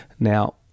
Now